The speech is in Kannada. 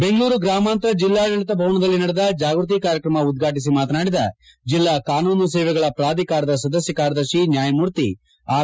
ಬೆಂಗಳೂರು ಗ್ರಾಮಾಂತರ ಜಿಲ್ಲಾಡಳಿತ ಭವನದಲ್ಲಿ ನಡೆದ ಜಾಗೃತಿ ಕಾರ್ಯಕ್ರಮ ಉದ್ಘಾಟಿಸಿ ಮಾತನಾಡಿದ ಜಿಲ್ಲಾ ಕಾನೂನು ಸೇವೆಗಳ ಪಾಧಿಕಾರದ ಸದಸ್ಯ ಕಾರ್ಯದರ್ಶಿ ನ್ಯಾಯಮೂರ್ತಿ ಆರ್